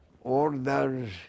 orders